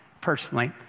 personally